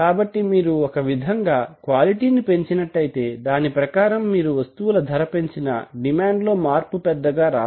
కాబట్టి మీరు ఒక విధంగా క్వాలిటీని పెంచినట్లయితే దాని ప్రకారం మీరు వస్తువుల ధర పెంచినా డిమాండ్ లో మార్పు పెద్దగా రాదు